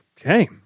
Okay